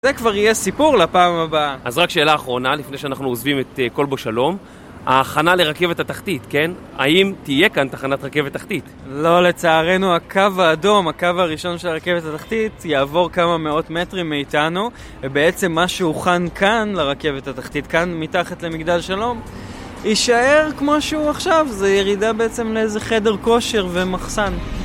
זה כבר יהיה סיפור לפעם הבאה. אז רק שאלה אחרונה, לפני שאנחנו עוזבים את כלבו שלום. ההכנה לרכבת התחתית, כן? האם תהיה כאן תחנת רכבת תחתית? לא לצערנו, הקו האדום, הקו הראשון של הרכבת התחתית, יעבור כמה מאות מטרים מאיתנו, ובעצם מה שהוכן כאן לרכבת התחתית, כאן מתחת למגדל שלום, יישאר כמו שהוא עכשיו, זה ירידה בעצם לאיזה חדר כושר ומחסן.